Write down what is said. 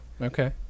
Okay